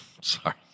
sorry